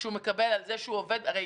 הרי